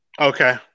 okay